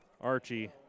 Archie